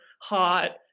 hot –